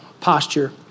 posture